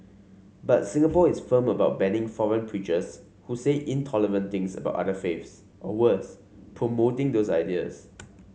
but Singapore is firm about banning foreign preachers who say intolerant things about other faiths or worse promoting those ideas